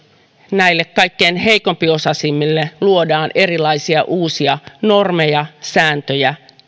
näille kaikkein heikko osaisimmille luodaan erilaisia uusia normeja ja sääntöjä